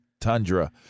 tundra